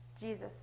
Jesus